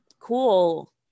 cool